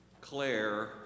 Claire